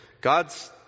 God's